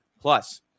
plus